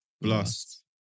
Blast